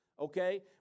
okay